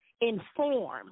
inform